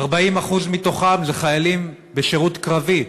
40% מתוכם הם חיילים בשירות קרבי.